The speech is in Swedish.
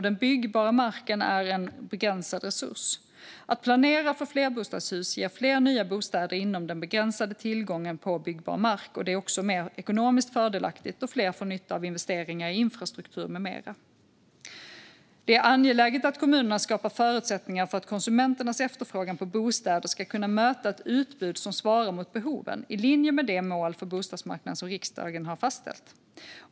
Den byggbara marken är dock en begränsad resurs. Att planera för flerbostadshus ger fler nya bostäder inom den begränsade tillgången på byggbar mark. Det är också mer ekonomiskt fördelaktigt då fler får nytta av investeringar i infrastruktur med mera. Det är angeläget att kommunerna skapar förutsättningar för att konsumenternas efterfrågan på bostäder ska kunna möta ett utbud som svarar mot behoven, i linje med det mål för bostadsmarknaden som riksdagen har fastställt.